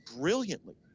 brilliantly